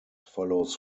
follows